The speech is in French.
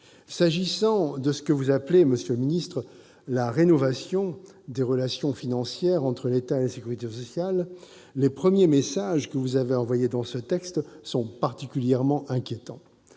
propos de ce que vous appelez « la rénovation des relations financières entre l'État et la sécurité sociale », les premiers messages que vous avez envoyés à travers ce texte sont particulièrement inquiétants.